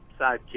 sidekick